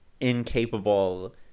incapable